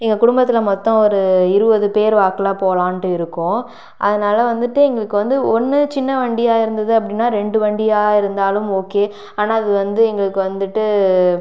எங்கள் குடும்பத்தில் மொத்தம் ஒரு இருபது பேர் வாக்கில் போகலான்னுட்டு இருக்கோம் அதனால் வந்துவிட்டு எங்களுக்கு வந்து ஒன்று சின்ன வண்டியாக இருந்தது அப்படின்னா ரெண்டு வண்டியாக இருந்தாலும் ஓகே ஆனால் அது வந்து எங்களுக்கு வந்துவிட்டு